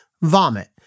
vomit